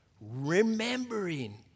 remembering